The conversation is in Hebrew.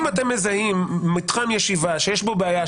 אם אתם מזהים מתחם ישיבה שיש בו בעיה,